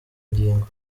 ngingo